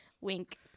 Wink